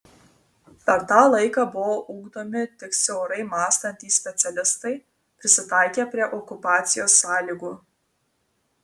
per tą laiką buvo ugdomi tik siaurai mąstantys specialistai prisitaikę prie okupacijos sąlygų